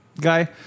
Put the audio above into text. guy